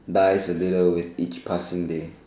dies a little with each passing day